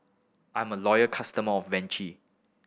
I'm a loyal customer of Vichy